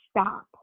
stop